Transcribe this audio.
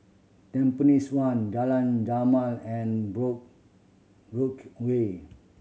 Tampines One Jalan Jamal and Brooke away